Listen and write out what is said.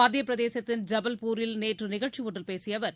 மத்தியப் பிரதேசத்தின் ஜபல்பூரில் நேற்று நிகழ்ச்சி ஒன்றில் பேசிய அவர்